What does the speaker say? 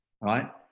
right